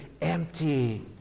empty